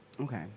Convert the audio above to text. Okay